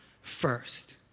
first